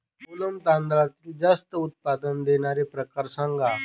कोलम तांदळातील जास्त उत्पादन देणारे प्रकार सांगा